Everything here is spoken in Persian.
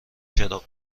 چراغ